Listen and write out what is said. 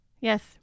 Yes